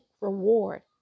reward